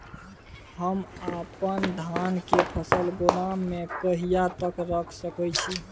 हम अपन धान के फसल गोदाम में कहिया तक रख सकैय छी?